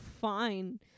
Fine